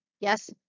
Yes